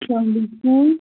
اسلامُ علیکم